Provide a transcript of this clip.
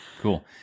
Cool